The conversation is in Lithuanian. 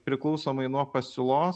priklausomai nuo pasiūlos